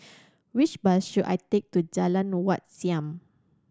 which bus should I take to Jalan Wat Siam